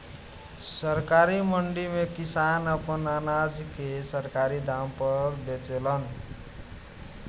सरकारी मंडी में किसान आपन अनाज के सरकारी दाम पर बेचेलन